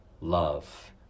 love